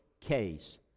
case